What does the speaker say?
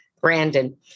Brandon